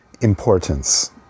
importance